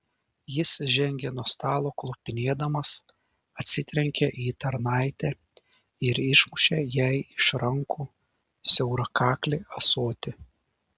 jis žengė nuo stalo klupinėdamas atsitrenkė į tarnaitę ir išmušė jai iš rankų siaurakaklį ąsotį